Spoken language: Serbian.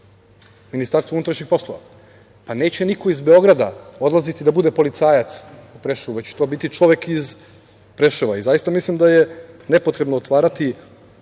Ministarstvu unutrašnjih poslova. Neće niko iz Beograda odlaziti da bude policajac u Preševo, već će to biti čovek iz Preševa. Zaista mislim da je nepotrebno otvarati